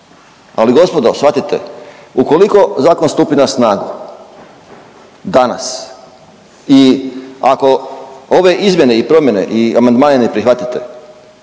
Ali gospodo shvatite ukoliko zakon stupi na snagu danas i ako ove izmjene i promjene i amandmane ne prihvatite